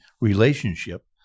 relationship